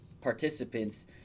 participants